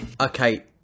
Okay